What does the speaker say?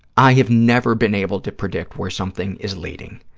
i have never been able to predict where something is leading.